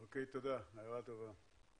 אוקיי, תודה, הערה טובה.